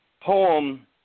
poem